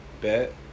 bet